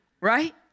Right